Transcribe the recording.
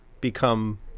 become